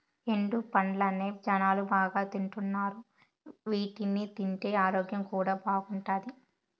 ఎండు పండ్లనే జనాలు బాగా తింటున్నారు వీటిని తింటే ఆరోగ్యం కూడా బాగుంటాది